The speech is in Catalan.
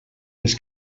les